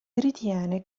ritiene